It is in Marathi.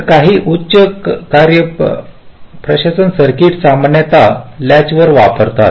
तर काही उच्च कार्य प्रदर्शन सर्किट सामान्यत लॅच वापरतात